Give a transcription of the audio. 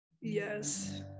yes